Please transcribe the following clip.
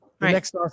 next